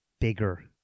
bigger